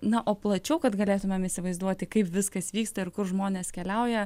na o plačiau kad galėtumėm įsivaizduoti kaip viskas vyksta ir kur žmonės keliauja